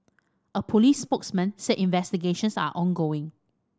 a police spokesman said investigations are ongoing